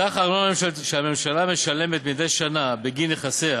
סך הארנונה הממשלתית שהממשלה משלמת מדי שנה בגין נכסיה